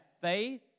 faith